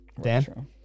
Dan